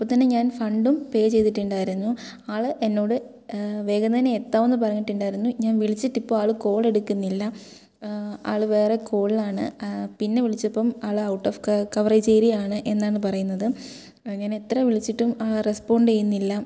അപ്പോൾതന്നെ ഞാൻ ഫണ്ടും പേ ചെയ്തിട്ടിണ്ടായിരുന്നു ആള് എന്നോട് വേഗം തന്നെ എത്താമെന്ന് പറഞ്ഞിട്ടുണ്ടായിരുന്നു ഞാൻ വിളിച്ചിട്ടിപ്പോൾ ആൾ കോളെടുക്കുന്നില്ല ആൾ വേറെ കോൾലാണ് പിന്നെ വിളിച്ചപ്പം ആൾ ഔട്ട് ഓഫ് ക കവറേജ് ഏരിയാണ് എന്നാണ് പറയുന്നത് ഞാനെത്ര വിളിച്ചിട്ടും ആ റെസ്പോണ്ട് ചെയ്യുന്നില്ല